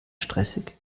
stressig